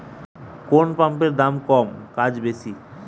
কোন পাম্পের দাম কম কাজ বেশি?